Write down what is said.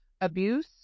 abuse